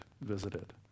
visited